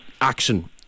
action